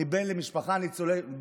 אני בן למשפחה של ניצולי שואה.